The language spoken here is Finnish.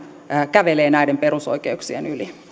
kävelee näiden perusoikeuksien yli